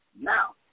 Now